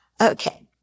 Okay